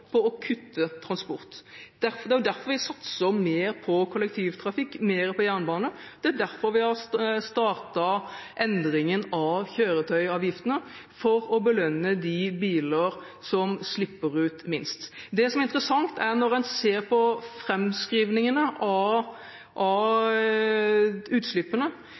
på å kutte innen transportsektoren. Det er derfor vi satser mer på kollektivtrafikk, mer på jernbane, og det er derfor vi har startet endringen av kjøretøyavgiftene for å belønne de bilene som slipper ut minst. Det som er interessant når en ser på framskrivningene av utslippene,